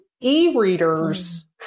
e-readers